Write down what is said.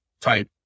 type